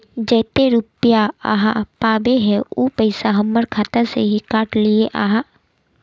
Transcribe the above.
जयते रुपया आहाँ पाबे है उ पैसा हमर खाता से हि काट लिये आहाँ?